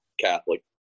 Catholic